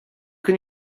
can